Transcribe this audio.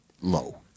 low